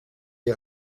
est